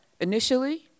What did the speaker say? initially